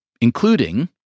including